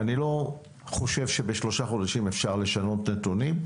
אני לא חושב שבשלושה חודשים אפשר לשנות נתונים.